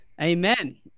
Amen